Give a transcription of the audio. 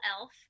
elf